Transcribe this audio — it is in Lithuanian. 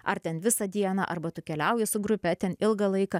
ar ten visą dieną arba tu keliauji su grupe ten ilgą laiką